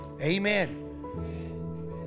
amen